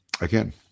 again